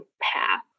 path